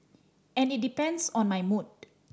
and it depends on my mood